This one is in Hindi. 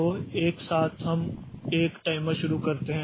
तो एक साथ हम एक टाइमर शुरू करते हैं